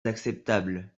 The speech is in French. acceptable